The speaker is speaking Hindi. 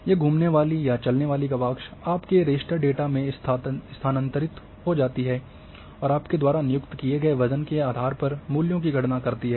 ये घूमने या चलने वाली गवाक्ष आपके रास्टर डेटा में स्थानांतरित हो जाती हैं और आपके द्वारा नियुक्त किए गए वजन के आधार पर मूल्यों की गणना करती हैं